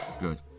Good